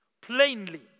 plainly